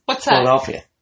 Philadelphia